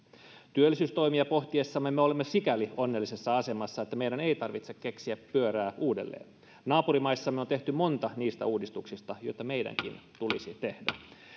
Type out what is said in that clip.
työllisyystoimia pohtiessamme me olemme sikäli onnellisessa asemassa että meidän ei tarvitse keksiä pyörää uudelleen naapurimaissamme on tehty monta niistä uudistuksista joita meidänkin tulisi tehdä